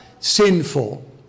sinful